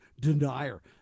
denier